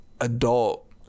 adult